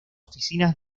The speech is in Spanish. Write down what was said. oficinas